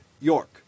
York